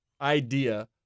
idea –